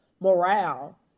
morale